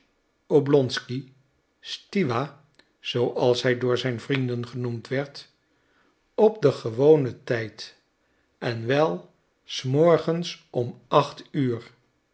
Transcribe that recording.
arkadiewitsch oblonsky stiwa zooals hij door zijn vrienden genoemd werd op den gewonen tijd en wel s morgens om acht uur